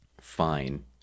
Fine